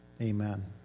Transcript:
Amen